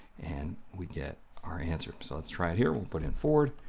and we get our answer. so let's try it here, we'll put in ford,